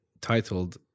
titled